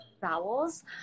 vowels